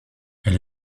elle